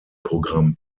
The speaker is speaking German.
programm